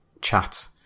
chat